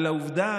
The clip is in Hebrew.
על העובדה